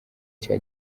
cya